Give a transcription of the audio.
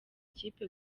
kipe